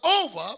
over